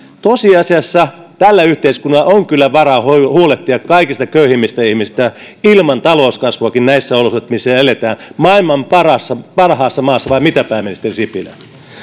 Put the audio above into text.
tosiasiassa tällä yhteiskunnalla on kyllä varaa huolehtia kaikista köyhimmistä ihmisistä ilman talouskasvuakin näissä olosuhteissa missä eletään maailman parhaassa maassa vai mitä pääministeri sipilä